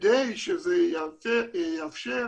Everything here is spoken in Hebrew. כדי שזה יאפשר